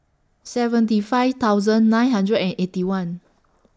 seventy five thousand nine hundred and Eighty One